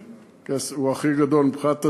והוא הכי גדול מבחינת הזנים,